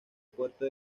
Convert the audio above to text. puerto